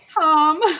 Tom